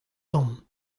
tamm